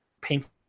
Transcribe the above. painful